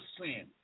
sin